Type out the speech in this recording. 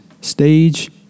stage